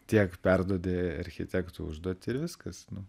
tiek perduodi architektui užduotį ir viskas nu